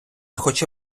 хоче